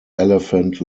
elephant